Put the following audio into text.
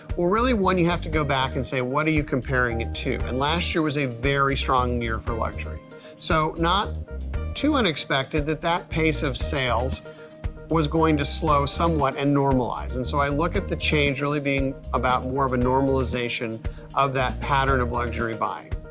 well really one you have to go back and say what are you comparing it to and last year was a very strong year for luxury so not too unexpected that that pace of sales was going to slow somewhat and normalize and so i look at the change really being about more of a normalization of that pattern of luxury buying.